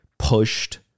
pushed